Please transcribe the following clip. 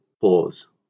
pause